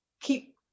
keep